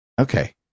Okay